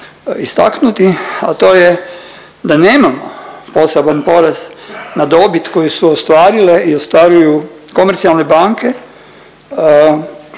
istaknuti, a to je da nemao poseban porez na dobit koje su ostvarile i ostvaruju komercijalne banke